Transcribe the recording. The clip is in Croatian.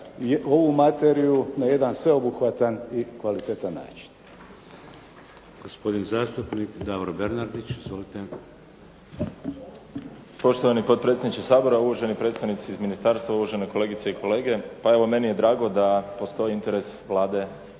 ovu materiju na jedan sveobuhvatan i kvalitetan način.